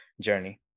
journey